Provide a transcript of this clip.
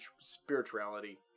Spirituality